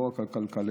לא רק הכלכליות,